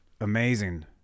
amazing